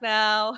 now